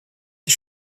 die